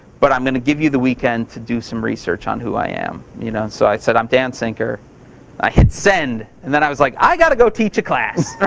but i'm gonna give you the weekend to do some research on who i am. you know and so, i said, i'm dan sinker. and i hit send. and then i was like, i gotta go teach a class.